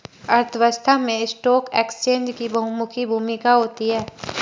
अर्थव्यवस्था में stock exchange की बहुमुखी भूमिका होती है